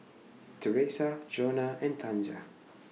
Teresa Jonna and Tanja